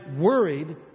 worried